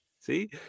see